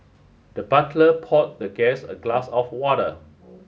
the butler poured the guest a glass of water